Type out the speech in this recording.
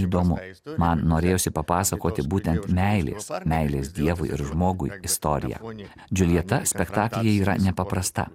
įdomu man norėjosi papasakoti būtent meilės meilės dievui ir žmogui istoriją džiuljeta spektaklyje yra nepaprasta